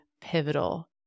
pivotal